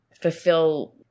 fulfill